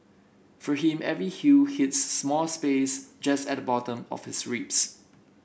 for him every hue hits small space just at the bottom of his ribs